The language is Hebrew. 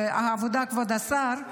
העבודה, כבוד השר.